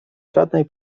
żadnej